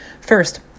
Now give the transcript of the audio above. First